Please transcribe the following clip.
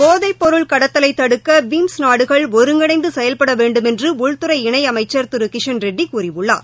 போதைப்பொருள் கடத்தலை தடுக்க பிம்ஸ் நாடுகள் ஒருங்கிணைந்து செயல்பட வேண்டுமென்று உள்துறை இணை அமைச்சர் திரு கிஷன்ரெட்டி கூறியுள்ளார்